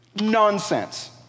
nonsense